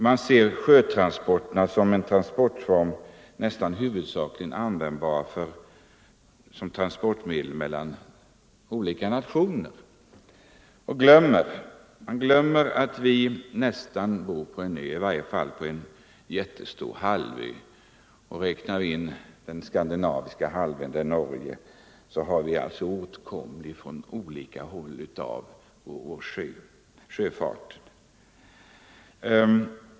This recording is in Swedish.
Man ser sjötransporterna som nästan huvudsakligen användbara mellan olika nationer. Man glömmer att vi nästan bor på en ö — i varje fall på en jättestor halvö. Räknar man med den skandinaviska halvön —- med Norge — så är området åtkomligt från olika håll för vår sjöfart.